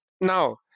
Now